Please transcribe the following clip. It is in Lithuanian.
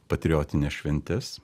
patriotines šventes